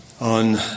on